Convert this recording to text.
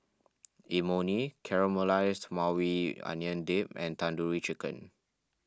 Imoni Caramelized Maui Onion Dip and Tandoori Chicken